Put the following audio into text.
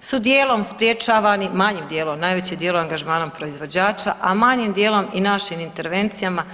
su dijelom sprječavani, manjim dijelom, najvećim dijelom angažmanom proizvođača, a manjim dijelom i našim intervencijama.